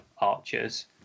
archers